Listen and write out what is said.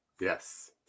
Yes